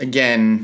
Again